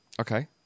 Okay